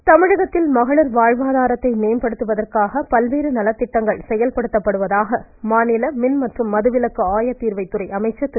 தங்கமணி தமிழ்நாட்டில் மகளிர் வாழ்வாதாரத்தை மேம்படுத்துவதற்காக ஏராளமான நலத்திட்டங்கள் செயல்படுத்தப்படுவதாக மாநில மின் மற்றும் மதுவிலக்கு ஆயத்தீர்வை துறை அமைச்சர் திரு